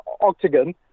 octagon